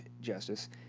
Justice